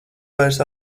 vairs